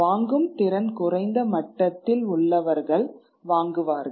வாங்கும் திறன் குறைந்த மட்டத்தில் உள்ளவர்கள் வாங்குவார்கள்